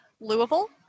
Louisville